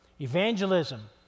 evangelism